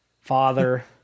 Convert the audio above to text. father